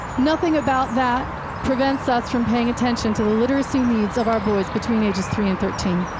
nothing about that prevents us from paying attention to the literacy needs of our boys between ages three and thirteen.